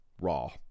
raw